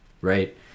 Right